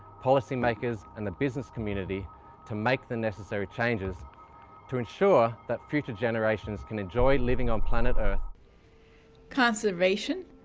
policymakers and the business community to make the necessary changes to ensure that future generations can enjoy living on planet earth conservation,